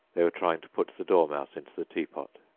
they were trying to put the dormouse into the teapot.